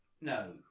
No